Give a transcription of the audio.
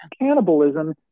cannibalism